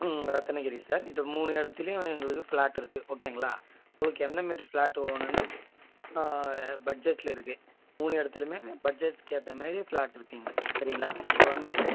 ம் ரத்தனகிரி சார் இப்போ மூணு இடத்துலையும் எங்களுக்கு ஃப்ளாட் இருக்குது ஓகேங்களா உங்களுக்கு எந்தமாரி ஃப்ளாட் வேணுன்னு பட்ஜெட்டில் இருக்குது மூணு இடத்துலையுமே பட்ஜெட் ஏற்ற மாதிரி ஃப்ளாட் இருக்குங்கள சரிங்களா இப்போ வந்து